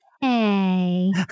Hey